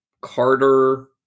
Carter